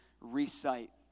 recite